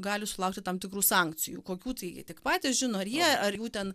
gali sulaukti tam tikrų sankcijų kokių tai jie tik patys žino ar jie ar jų ten